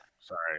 Sorry